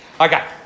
Okay